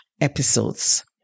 episodes